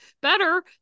better